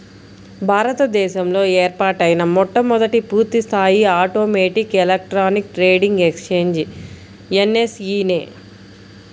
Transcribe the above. భారత దేశంలో ఏర్పాటైన మొట్టమొదటి పూర్తిస్థాయి automatic electronic trading exchange NSE నే